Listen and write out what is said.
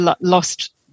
lost